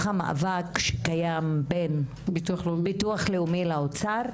המאבק שקיים בין ביטוח לאומי לאוצר,